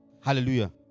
Hallelujah